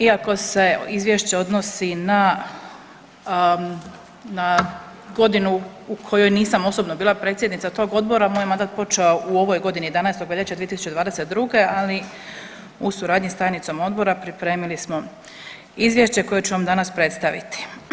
Iako se izvješće odnosi na, na godinu u kojoj nisam osobno bila predsjednica tog odbora moj je mandat počeo u ovoj godini 11. veljače 2022., ali u suradnji s tajnicom odbora pripremili smo izvješće koje ću vam danas predstaviti.